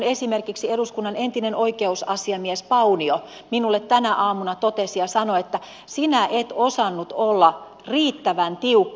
esimerkiksi eduskunnan entinen oikeusasiamies paunio minulle tänä aamuna totesi että sinä et osannut olla riittävän tiukka